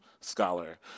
scholar